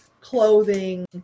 clothing